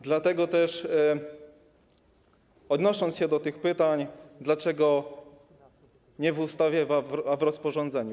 Dlatego też odnosząc się do pytań o to, dlaczego nie w ustawie, a w rozporządzeniu.